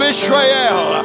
Israel